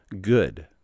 good